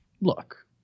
look